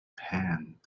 panned